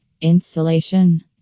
Insulation